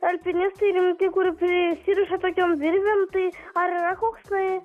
alpinistai rimti kur prisiriša tokiom virvėm tai ar yra koksai